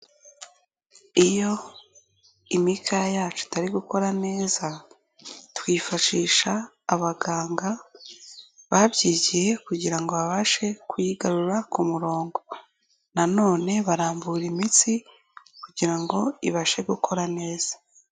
Iyo imikaya yacu itari gukora neza, twifashisha abaganga babyigiye kugira ngo babashe kuyigarura ku murongo nanone barambura imitsi kugira ngo ibashe gukora neza.